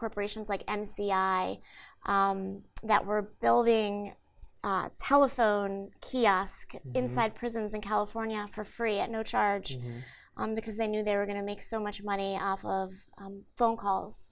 corporations like m c i that were building telephone kiosk inside prisons in california for free at no charge on because they knew they were going to make so much money off of phone calls